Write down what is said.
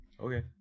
okay